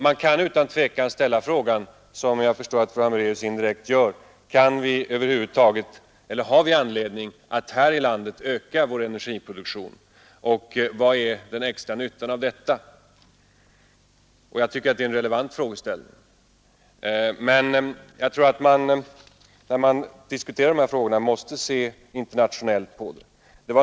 Man kan utan tvekan ställa frågan, som jag förstår att fru Hambraeus indirekt gör: Har vi anledning att här i landet öka vår energiproduktion, och vad är den extra nyttan av detta? Jag tycker att det är en relevant frågeställning, men jag tror att man måste se på den i ett internationellt sammanhang.